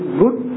good